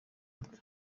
bwe